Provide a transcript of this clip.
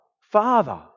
Father